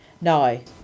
No